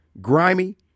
Grimy